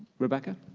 rebecca?